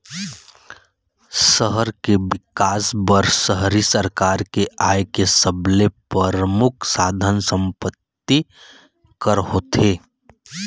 सहर के बिकास बर शहरी सरकार के आय के सबले परमुख साधन संपत्ति कर होथे